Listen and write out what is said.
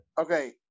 Okay